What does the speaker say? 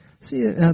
See